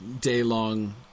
day-long